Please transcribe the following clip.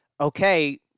Okay